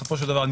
בסופו של דבר,